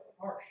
harsh